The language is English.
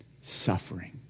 suffering